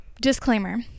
disclaimer